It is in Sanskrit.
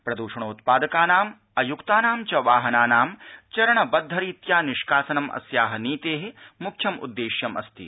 प्रदषणोत्पादकानाम् अयुक्तानां च वाहनानां चरणबद्ध रीत्या निष्कासनम् अस्या नीत मुख्यम् उद्दृष्टम् अस्ति